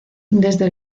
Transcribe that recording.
desde